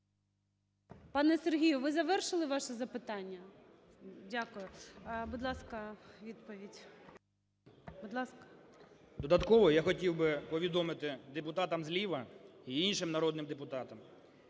Додатково я хотів би повідомити депутатам зліва і іншим народним депутатам,